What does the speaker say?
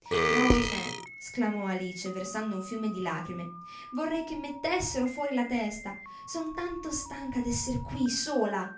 qualchedunaltra ma oimè sclamò alice versando un fiume di lagrime vorrei che mettessero fuori la testa son tanto stanca d'esser quì sola